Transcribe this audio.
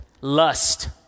Lust